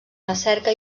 recerca